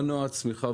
מנוע הצמיחה,